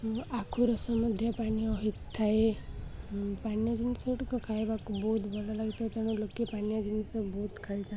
ଆଖୁ ରସ ମଧ୍ୟ ପାନୀୟ ହୋଇଥାଏ ପାନୀୟ ଜିନିଷ ଗୁଡ଼ିକ ଖାଇବାକୁ ବହୁତ ଭଲ ଲାଗିଥାଏ ତେଣ ଲୋକେ ପାନୀୟ ଜିନିଷ ବହୁତ ଖାଇଥାଏ